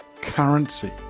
currency